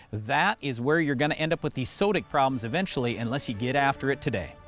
that is where you're going to end up with these sodic problems eventually, unless you get after it today.